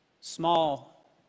small